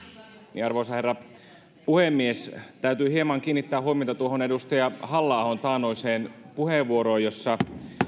niin arvoisa herra puhemies täytyy hieman kiinnittää huomiota tuohon edustaja halla ahon taannoiseen puheenvuoroon jossa